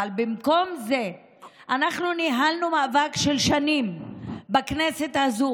אבל במקום זה אנחנו ניהלנו מאבק של שנים בכנסת הזו.